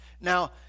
Now